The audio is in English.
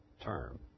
term